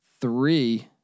three